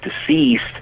deceased